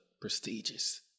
prestigious